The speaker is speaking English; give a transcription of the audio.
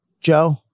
Joe